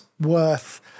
worth